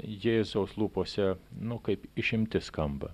jėzaus lūpose nu kaip išimtis skamba